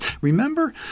Remember